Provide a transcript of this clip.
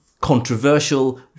controversial